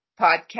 podcast